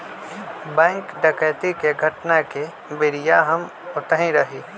bank डकैती के घटना के बेरिया हम ओतही रही